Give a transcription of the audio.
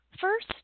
First